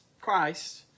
Christ